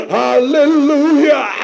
hallelujah